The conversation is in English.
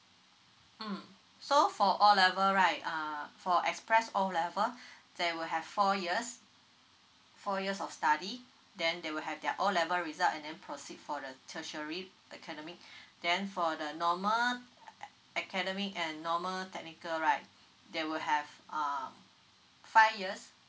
mm so for O level right err for express O level they will have four years four years of study then they will have their O level result and then proceed for the tertiary academic then for the normal a~ academic and normal technical right they will have um five years